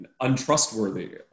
untrustworthy